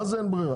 מה זה אין בררה?